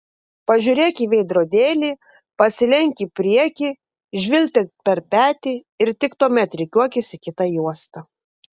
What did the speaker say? pažiūrėk į veidrodėlį pasilenk į priekį žvilgtelk per petį ir tik tuomet rikiuokis į kitą juostą